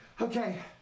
Okay